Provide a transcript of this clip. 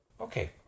okay